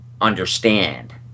understand